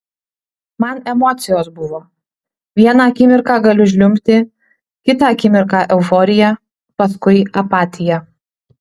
man emocijos buvo vieną akimirką galiu žliumbti kitą akimirką euforija paskui apatija